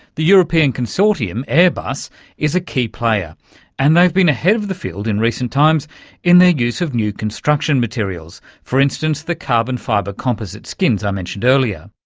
the european consortium airbus is a key player and they've been ahead of the field in recent times in their use of new construction materials, for instance, the carbon-fibre composite skins i mentioned earlier.